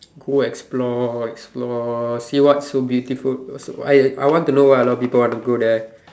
go explore explore see what's so beautiful I I want to know why alot of people want to go there